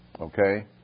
okay